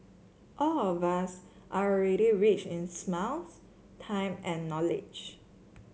all of us are already rich in smiles time and knowledge